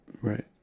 Right